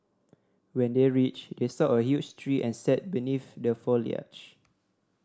when they reached they saw a huge tree and sat beneath the foliage